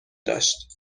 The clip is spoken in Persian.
داشت